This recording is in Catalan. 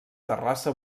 terrassa